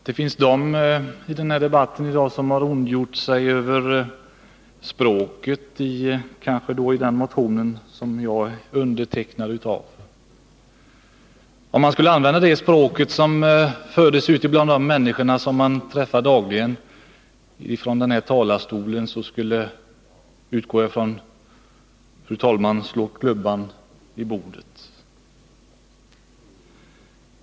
Fru talman! En del talare i dagens debatt har ondgjort sig över det språk som används i detta ärende. Kanske gäller det också den motion som jag har undertecknat. Men om man från denna talarstol skulle förmedla det språk som förts ute bland de människor man dagligen träffar, utgår jag från att fru talmannen skulle slå klubban i bordet.